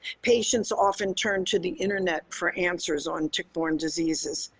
patients often turn to the internet for answers on tick-borne diseases.